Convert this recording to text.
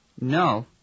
No